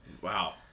Wow